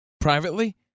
privately